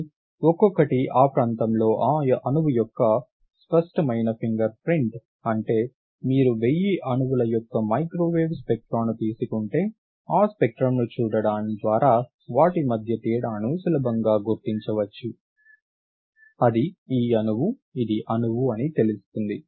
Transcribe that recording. కానీ ఒక్కొక్కటి ఆ ప్రాంతంలో ఆ అణువు యొక్క స్పష్టమైన ఫింగర్ ప్రింట్ అంటే మీరు 1000 అణువుల యొక్క మైక్రోవేవ్ స్పెక్ట్రాను తీసుకుంటే ఆ స్పెక్ట్రమ్ను చూడటం ద్వారా వాటి మధ్య తేడాను సులభంగా గుర్తించవచ్చు ఇది ఈ అణువు ఇది అణువు అని తెలుస్తుంది